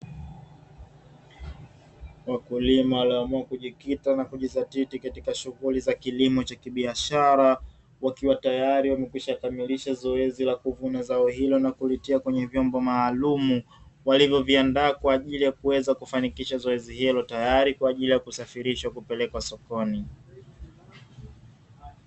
Wakulima walioamua kujikita na kujizatiti kwa ajili ya kilimo cha kibiashara, wakiwa tayari wamekwisha kamlisha zoezi la kuvuna zao hilo na kulitia kwenye vyombo maalumu, walivyoviandaa kwa ajili ya kuweza kufanikisha zoezi hilo tayari kwa ajili ya kusafirisha kupelekwa sokoni.